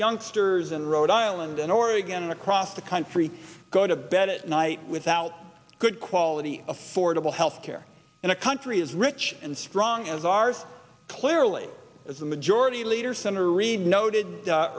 youngsters in rhode island in oregon across the country go to bed at night without good quality affordable health care in a country as rich and strong as ours clearly as the majority leader senator reid noted